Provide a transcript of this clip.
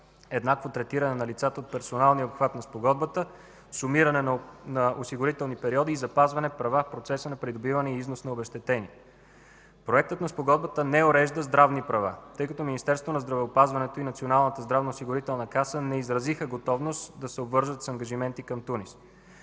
еднакво третиране на лицата от персоналния обхват на Спогодбата, сумиране на осигурителни периоди и запазване права в процеса на придобиване и износ на обезщетения. Проектът на Спогодбата не урежда здравни права, тъй като Министерството на здравеопазването и Националната здравноосигурителна каса не изразиха готовност да се обвържат с ангажименти към Тунис.